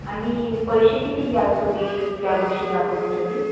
आणि पैसे किती घ्याल तुम्ही त्या गोष्टी दाखवण्यासाठी